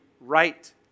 right